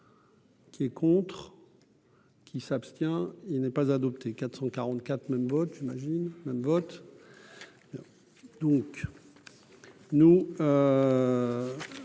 Qui est contre. Qui s'abstient, il n'est pas adopté 444 même botte j'imagine même vote, donc nous